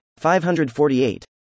548